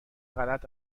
غلط